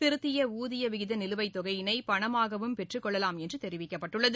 திருத்திய ஊதிய விகித நிலுவைத் தொகையினை பணமாகவும் பெற்றுக்கொள்ளலாம் என்று தெரிவிக்கப்பட்டுள்ளது